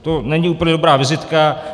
To není úplně dobrá vizitka.